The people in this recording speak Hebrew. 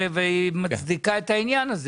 והיא מצדיקה את זה,